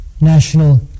national